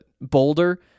Boulder